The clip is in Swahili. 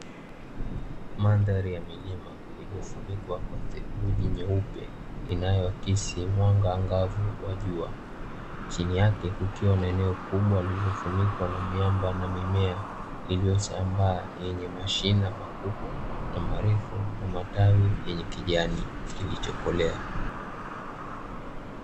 Mandhari ya milima iliyofunikwa kwa theluji nyeupe inayoakisi mwanga angavu wa jua, chini yake kukiwa na eneo kubwa lililofunikwa na miamba na mimea iliyosambaa yenye mashina makubwa na marefu na matawi yenye kijani kilichokolea.